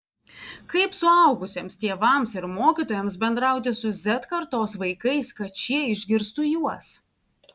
kaip suaugusiems tėvams ir mokytojams bendrauti su z kartos vaikais kad šie išgirstų juos